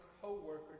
co-worker